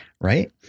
right